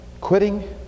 quitting